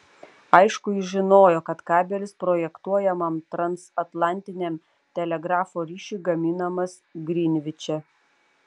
aišku jis žinojo kad kabelis projektuojamam transatlantiniam telegrafo ryšiui gaminamas grinviče